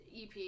EP